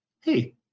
hey